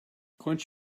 quench